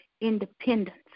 independence